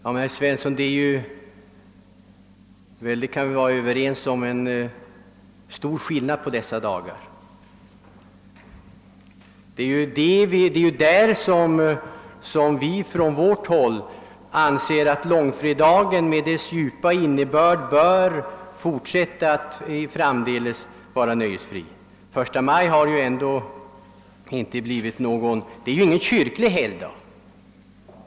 Men, herr Svensson, vi kan väl vara överens om att det är stor skillnad på dessa dagar! Vi anser att långfredagen, med dess djupa religiösa innebörd, även framdeles bör få vara nöjesfri. Första maj däremot är ju inte någon kyrklig helgdag.